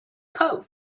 coke